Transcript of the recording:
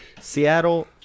Seattle